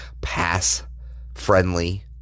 pass-friendly